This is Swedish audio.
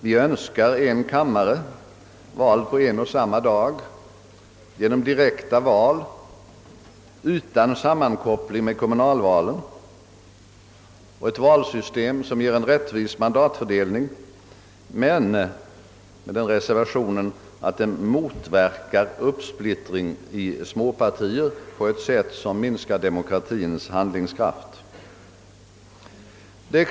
Vi önskar en kammare vald på en och samma dag genom direkta val utan sammankoppling med kommunalvalen och ett valsystem som ger en rättvis mandatfördelning, men med den reservationen att uppsplittring i småpartier på ett sätt som minskar demo kratiens handlingskraft motverkas.